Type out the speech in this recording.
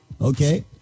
Okay